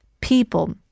people